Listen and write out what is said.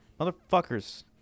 Motherfuckers